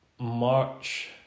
March